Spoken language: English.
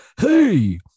hey